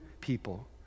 people